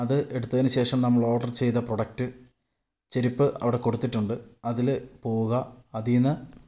അത് എടുത്തതിനു ശേഷം നമ്മളോഡ്റ് ചെയ്ത പ്രൊഡക്റ്റ് ചെരുപ്പ് അവിടെ കൊടുത്തിട്ടുണ്ട് അതിൽ പോവുക അതീന്ന്